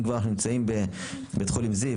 אם כבר אנחנו נמצאים בבית חולים זיו,